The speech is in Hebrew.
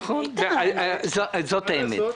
זאת האמת.